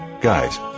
Guys